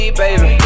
baby